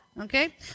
Okay